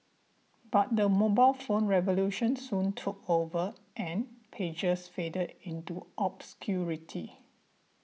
but the mobile phone revolution soon took over and pagers faded into obscurity